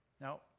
Now